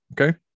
okay